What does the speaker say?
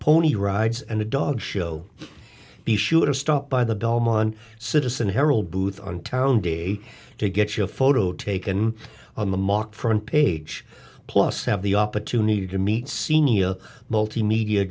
pony rides and a dog show be sure to stop by the belmont citizen herald booth on town day to get your photo taken on the mock front page plus have the opportunity to meet senior multimedia